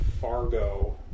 Fargo